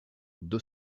deux